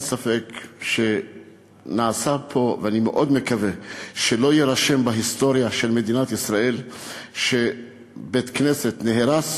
אני מאוד מקווה שלא יירשם בהיסטוריה של מדינת ישראל שבית-כנסת נהרס